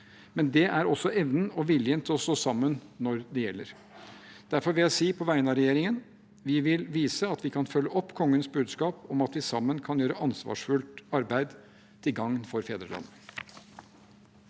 men det er også evnen og viljen til å stå sammen når det gjelder. Derfor vil jeg si på vegne av regjeringen: Vi vil vise at vi kan følge opp kongens budskap om at vi sammen kan gjøre ansvarsfullt arbeid til gagn for fedrelandet.